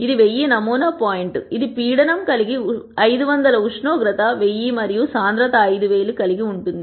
ఇది 1000 నమూనా పాయింట్ ఇది పీడనం కలిగి 500 ఉష్ణోగ్రత 1000 మరియు సాంద్రత 5000 కలిగి ఉంటుంది